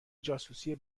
جاسوسی